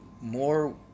more